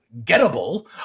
gettable